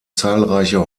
zahlreiche